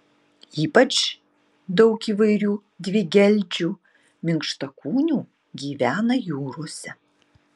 ypač daug įvairių dvigeldžių minkštakūnių gyvena jūrose